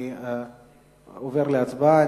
אני עובר להצבעה.